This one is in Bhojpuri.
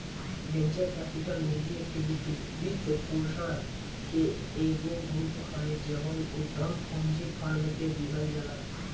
वेंचर कैपिटल निजी इक्विटी वित्तपोषण के एगो रूप हवे जवन उधम पूंजी फार्म के दिहल जाला